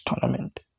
tournament